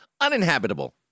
uninhabitable